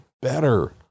better